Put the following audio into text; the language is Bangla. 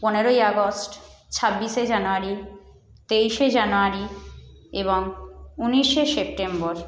পনেরোই আগস্ট ছাব্বিশে জানুয়ারি তেইশে জানুয়ারি এবং উনিশে সেপ্টেম্বর